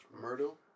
Myrtle